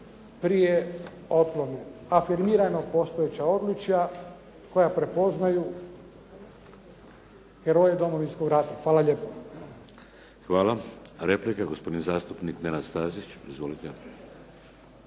prije otklone. Afirmirano postojeća odličja koja prepoznaju heroje Domovinskog rata.“ Hvala lijepa. **Šeks, Vladimir (HDZ)** Hvala. Replika, gospodin zastupnik Nenad Stazić. Izvolite.